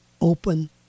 open